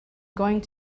going